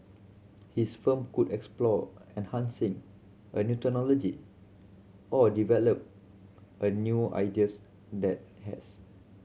his firm could explore enhancing a new technology or develop a new ideas that has